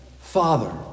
father